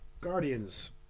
Guardians